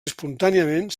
espontàniament